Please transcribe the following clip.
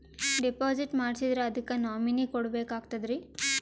Deposit ಮಾಡ್ಸಿದ್ರ ಅದಕ್ಕ nominee ಕೊಡಬೇಕಾಗ್ತದ್ರಿ?